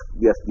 yes